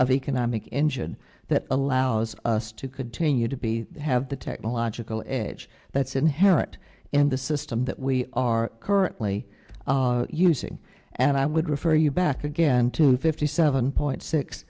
of economic engine that allows us to could train you to be have the technological edge that's inherent in the system that we are currently using and i would refer you back again to fifty seven point six